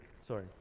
sorry